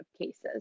cases